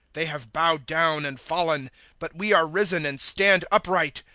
they have bowed down and fallen but we are risen and stand upright.